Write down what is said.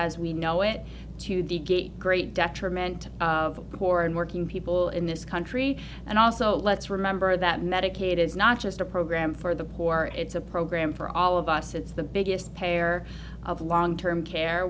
as we know oh it to the great detriment of poor and working people in this country and also let's remember that medicaid is not just a program for the poor it's a program for all of us it's the biggest pair of long term care